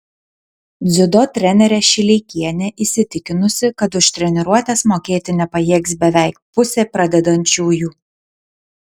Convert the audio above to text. dziudo trenerė šileikienė įsitikinusi kad už treniruotes mokėti nepajėgs beveik pusė pradedančiųjų